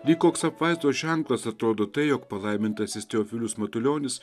lyg koks apvaizdos ženklas atrodo tai jog palaimintasis teofilius matulionis